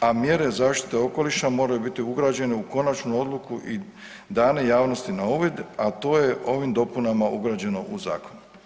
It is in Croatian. a mjere zaštite okoliša moraju biti ugrađene u konačnu odluku i dane javnosti na uvid a to je ovim dopunama ugrađeno u zakon.